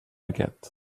aquest